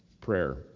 prayer